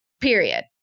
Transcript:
Period